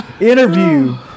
interview